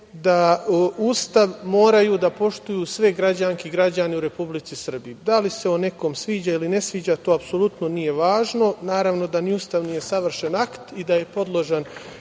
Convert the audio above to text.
da Ustav moraju da poštuju sve građanke i građani u Republici Srbiji, a da li se on nekom sviđa ili ne sviđa, to apsolutno nije važno. Naravno da ni Ustav nije savršen akt i da je podložan